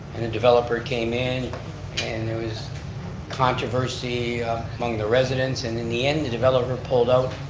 and the developer came in and there was controversy among the residents, and in the end, the developer pulled out.